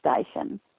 station